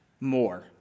more